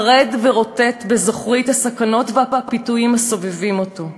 החרד ורוטט בזוכרי את הסכנות והפיתויים הסובבים אותו.